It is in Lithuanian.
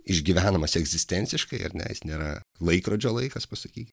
išgyvenamas egzistenciškai ar ne jis nėra laikrodžio laikas pasakyt